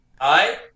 Hi